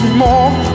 more